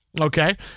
Okay